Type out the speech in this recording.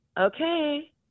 okay